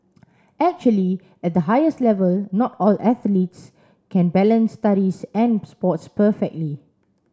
actually at the highest level not all athletes can balance studies and sports perfectly